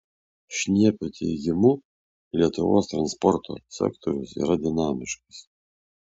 šniepio teigimu lietuvos transporto sektorius yra dinamiškas